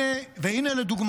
אני אתקן אותך,